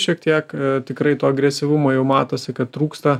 šiek tiek tikrai to agresyvumo jau matosi kad trūksta